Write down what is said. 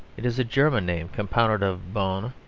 it is a german name, compounded of bona